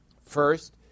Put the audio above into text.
First